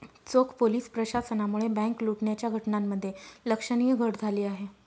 चोख पोलीस प्रशासनामुळे बँक लुटण्याच्या घटनांमध्ये लक्षणीय घट झाली आहे